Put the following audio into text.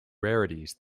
rarities